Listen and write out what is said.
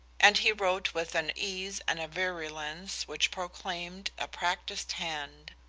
and he wrote with an ease and a virulence which proclaimed a practiced hand.